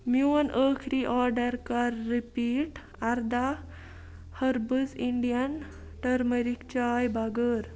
میون ٲخٕری آرڈر کر رِپیٖٹ اَردہ ۂربس اِنٛڈین ٹٔرمٔرِک چاے بَغٲر